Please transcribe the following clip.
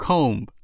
Comb